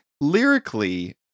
lyrically